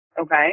Okay